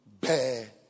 bear